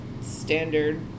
standard